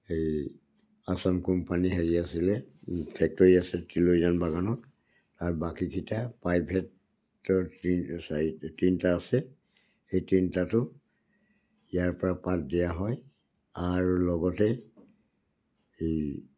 এই আচাম কোম্পানী হেৰি আছিলে ফেক্টৰী আছে তিলিজান বাগানত তাৰ বাকীকেইটা প্ৰাইভেটৰ তিনি চাৰি তিনিটা আছে সেই তিনিটাটো ইয়াৰপৰা পাত দিয়া হয় আৰু লগতে এই